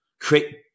create